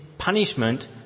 punishment